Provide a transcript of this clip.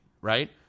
right